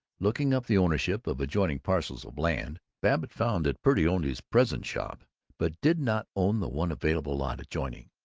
looking up the ownership of adjoining parcels of land, babbitt found that purdy owned his present shop but did not own the one available lot adjoining.